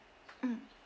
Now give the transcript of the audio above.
mmhmm